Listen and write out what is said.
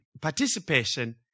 participation